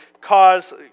cause